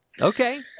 okay